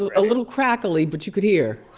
a little crackly but you could hear.